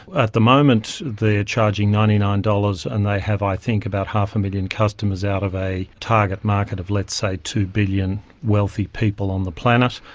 at the moment they're ah charging ninety nine dollars and they have, i think, about half a million customers out of a target market of let's say two billion wealthy people on the planet,